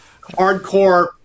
hardcore